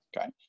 okay